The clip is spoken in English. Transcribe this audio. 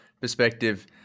perspective